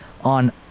On